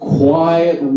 quiet